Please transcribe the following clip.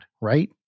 right